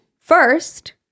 First